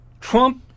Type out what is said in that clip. Trump